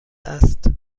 است